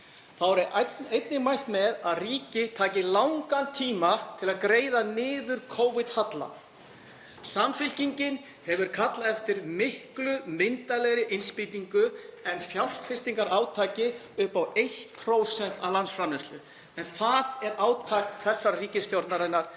Þá er einnig mælt með að ríki taki langan tíma í að greiða niður Covid-halla. Samfylkingin hefur kallað eftir miklu myndarlegri innspýtingu en fjárfestingarátaki upp á 1% af landsframleiðslu en það er átak þessarar ríkisstjórnar,